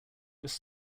just